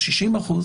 60%,